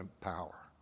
power